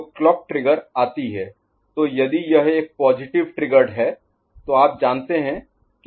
तो clock trigger आती है तो यदि यह एक पॉजिटिव ट्रिगर्ड है तो आप जानते हैं कि यह आ गयी है